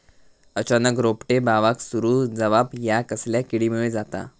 अचानक रोपटे बावाक सुरू जवाप हया कसल्या किडीमुळे जाता?